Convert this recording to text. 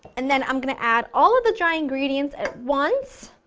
and then i'm going to add all of the dry ingredients at once,